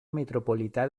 metropolità